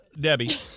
Debbie